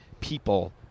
people